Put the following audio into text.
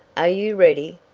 are you ready?